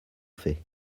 fait